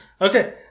Okay